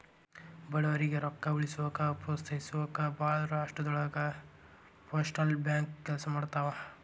ಬಡವರಿಗಿ ರೊಕ್ಕ ಉಳಿಸೋಕ ಪ್ರೋತ್ಸಹಿಸೊಕ ಭಾಳ್ ರಾಷ್ಟ್ರದೊಳಗ ಪೋಸ್ಟಲ್ ಬ್ಯಾಂಕ್ ಕೆಲ್ಸ ಮಾಡ್ತವಾ